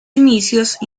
inicios